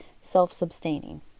self-sustaining